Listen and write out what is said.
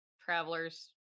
travelers